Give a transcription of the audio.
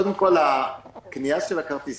קודם כול הקנייה של הכרטיסים,